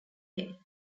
way